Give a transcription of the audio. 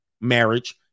marriage